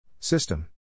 System